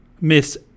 Miss